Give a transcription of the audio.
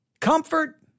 Comfort